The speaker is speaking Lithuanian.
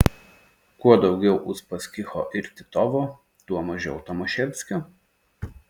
kuo daugiau uspaskicho ir titovo tuo mažiau tomaševskio